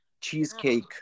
cheesecake